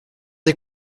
des